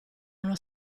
uno